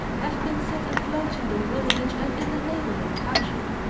have been set afloat in the village and in the neighboring country.